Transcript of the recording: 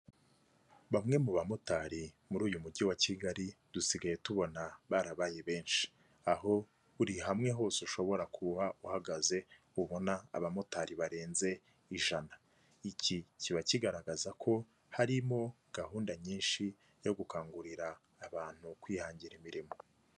Bamwe mu bamotari muri uyu mujyi wa Kigali dusigaye tubona barabaye benshi aho buri hamwe hose ushobora kuba uhagaze ubona abamotari barenze ijana, iki kiba kigaragaza ko harimo gahunda nyinshi yo gukangurira abantu kwihangira imirimo.